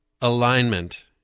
alignment